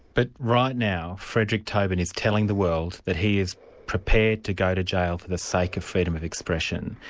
but right now, fredrick toben is telling the world that he is prepared to go to jail for the sake of freedom of expression.